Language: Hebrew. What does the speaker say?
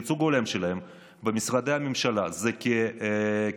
הייצוג ההולם שלהם במשרדי הממשלה הוא כשיעור